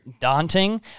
daunting